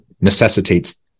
necessitates